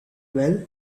bell